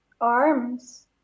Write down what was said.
arms